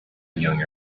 young